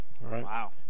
Wow